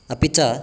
अपि च